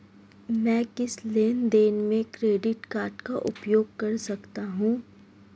मैं किस लेनदेन में क्रेडिट कार्ड का उपयोग कर सकता हूं?